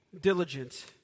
diligent